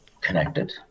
connected